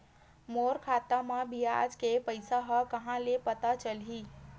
मोर खाता म ब्याज के पईसा ह कहां ले पता चलही?